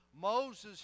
Moses